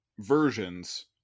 versions